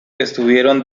estuvieron